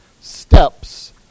steps